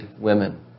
women